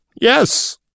Yes